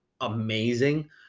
amazing